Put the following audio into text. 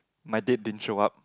my date din show up